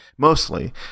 Mostly